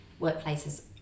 workplaces